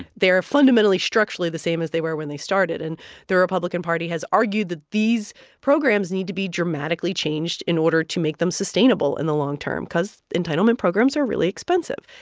they are fundamentally structurally the same as they were when they started. and the republican party has argued that these programs need to be dramatically changed in order to make them sustainable in the long-term because entitlement programs are really expensive.